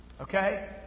Okay